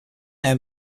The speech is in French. est